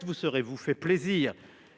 vous vous serez seulement fait plaisir.